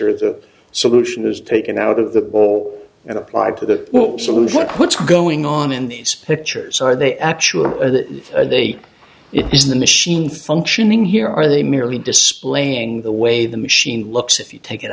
the solution is taken out of the bowl and applied to the salute what what's going on in these pictures are they actually that they it is the machine functioning here are they merely displaying the way the machine looks if you take it